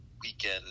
weekend